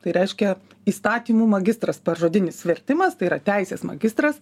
tai reiškia įstatymų magistras pažodinis vertimas tai yra teisės magistras